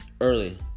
early